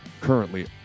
currently